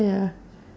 yeah yeah